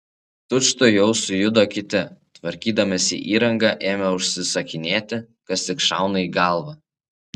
tučtuojau sujudo kiti tvarkydamiesi įrangą ėmė užsisakinėti kas tik šauna į galvą